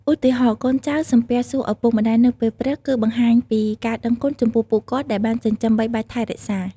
ឧទាហរណ៍ កូនចៅសំពះសួរឪពុកម្តាយនៅពេលព្រឹក គឺបង្ហាញពីការដឹងគុណចំពោះពួកគាត់ដែលបានចិញ្ចឹមបីបាច់ថែរក្សា។